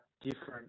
different